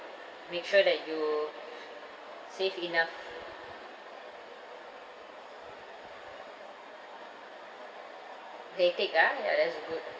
make sure that you save enough pay take ah ya that's good